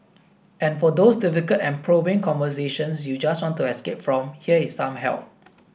and for those difficult and probing conversations you just want to escape from here is some help